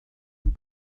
vous